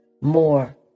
More